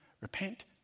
Repent